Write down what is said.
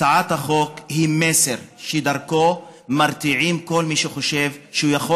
הצעת החוק היא מסר שדרכו מרתיעים כל מי שחושב שהוא יכול